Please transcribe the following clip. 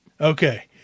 Okay